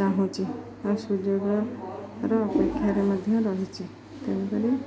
ଚାହୁଁଛି ଆଉ ସୁଯୋଗର ଅପେକ୍ଷାରେ ମଧ୍ୟ ରହିଛି ତେଣୁ କରି